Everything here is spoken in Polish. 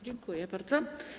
Dziękuję bardzo.